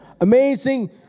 amazing